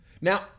Now